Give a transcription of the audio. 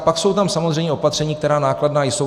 Pak jsou tam samozřejmě opatření, která nákladná jsou.